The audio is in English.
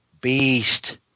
Beast